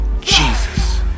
Jesus